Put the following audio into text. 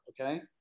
Okay